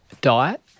Diet